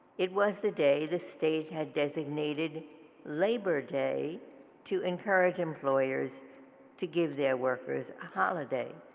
it was the day the state had designated labor day to encourage employers to give their workers a holiday.